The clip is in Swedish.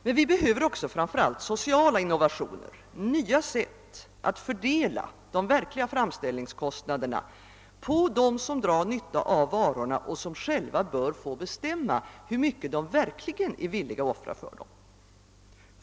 Men vi behöver också framför allt sociala innovationer, nya sätt att fördela de verkliga framställningskostnaderna på dem som drar nytta av varorna och som själva bör få bestämma hur mycket de verkligen är villiga att offra för dem.